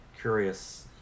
Curious